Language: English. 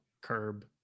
curb